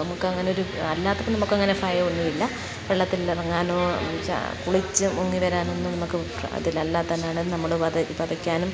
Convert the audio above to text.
നമുക്ക് അങ്ങനെയൊരു അല്ലാത്തപ്പോൾ നമുക്ക് അങ്ങനെ ഭയമൊന്നുമില്ല വെള്ളത്തിലിറങ്ങാനൊ കുളിച്ച് മുങ്ങി വരാനൊന്നും നമുക്ക് അതിലല്ലത്തന്നാണെങ്കിലും നമ്മൾ അത് പതയ്ക്കാനും